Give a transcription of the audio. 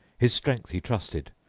his strength he trusted,